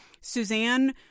Suzanne